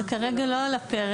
זה כרגע לא על הפרק.